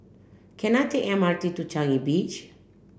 can I take M R T to Changi Beach